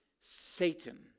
Satan